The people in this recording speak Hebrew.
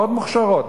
מורות מוכשרות,